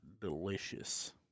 delicious